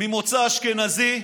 ממוצא אשכנזי,